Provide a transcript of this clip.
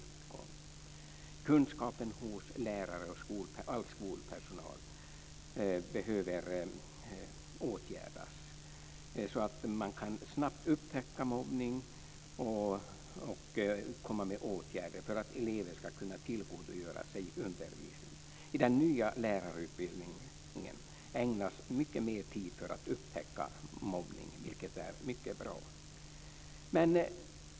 Bristen på kunskap hos lärare och all skolpersonal behöver åtgärdas så att man snabbt kan upptäcka mobbning och komma med åtgärder för att elever ska kunna tillgodogöra sig undervisningen. I den nya lärarutbildningen ägnas mycket mer tid åt att upptäcka mobbning, vilket är mycket bra.